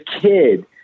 kid